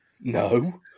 No